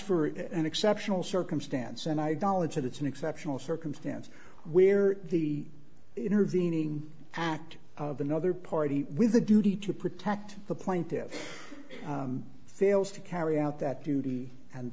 for an exceptional circumstance and idolater that's an exceptional circumstance where the intervening act of another party with a duty to protect the plaintiffs fails to carry out that duty and